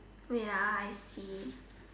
wait I see